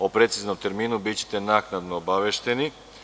O preciznom terminu bićete naknadno obavešteni.